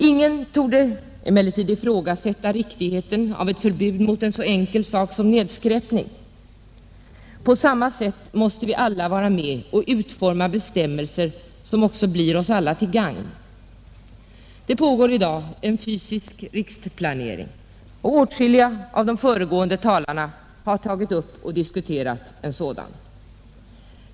Ingen torde emellertid ifrågasätta riktigheten av ett förbud mot en så enkel sak som nedskräpning. På samma sätt måste vi alla vara med och utforma bestämmelser som blir oss alla till gagn. Det pågår i dag en fysisk riksplanering. Åtskilliga av de föregående talarna har tagit upp och diskuterat en sådan.